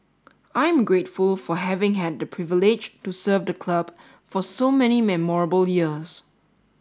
I'm grateful for having had the privilege to serve the club for so many memorable years